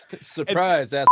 Surprise